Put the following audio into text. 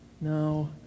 No